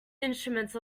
instruments